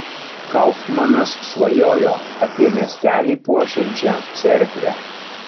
kaufmanas svajojo apie miestelį puošiančią cerkvę